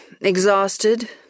exhausted